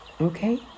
Okay